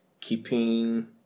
keeping